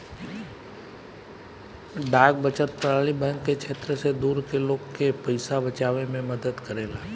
डाक बचत प्रणाली बैंक के क्षेत्र से दूर के लोग के पइसा बचावे में मदद करेला